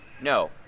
No